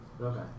Okay